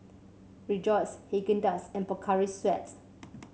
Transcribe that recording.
Rejoice Haagen Dazs and Pocari Sweat